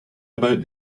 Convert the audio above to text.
about